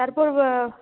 তারপর